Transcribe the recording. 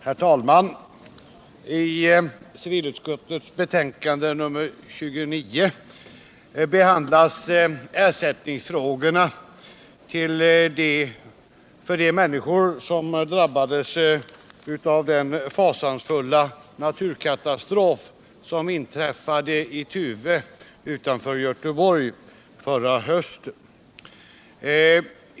Herr talman! I civilutskottets betänkande nr 29 behandlas frågorna om ersättning till de människor som drabbades av den fasansfulla naturkatastrofen i Tuve utanför Göteborg förra hösten.